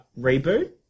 reboot